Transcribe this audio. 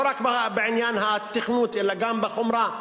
לא רק בעניין התכנות אלא גם בחומרה.